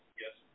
yes